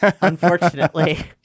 unfortunately